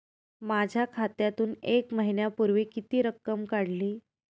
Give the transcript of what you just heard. माझ्या खात्यातून एक महिन्यापूर्वी किती रक्कम काढली?